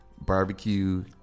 barbecue